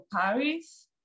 Paris